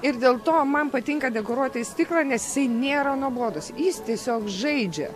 ir dėl to man patinka dekoruoti stiklą nes jisai nėra nuobodus jis tiesiog žaidžia